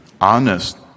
honest